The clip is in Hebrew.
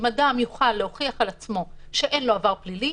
שאדם יוכל להוכיח על עצמו שאין לו עבר פלילי,